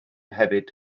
hefyd